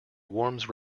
warms